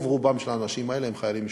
רוב רובם של האנשים האלה הם חיילים משוחררים,